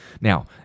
Now